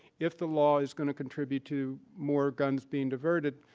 if the law is going to contribute to more guns being diverted,